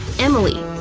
emily!